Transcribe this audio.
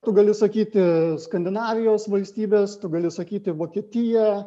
tu gali sakyti skandinavijos valstybės tu gali sakyti vokietija